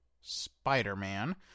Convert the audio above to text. spider-man